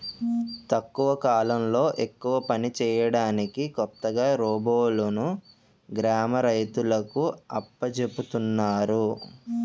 తక్కువ కాలంలో ఎక్కువ పని చేయడానికి కొత్తగా రోబోలును గ్రామ రైతులకు అప్పజెపుతున్నారు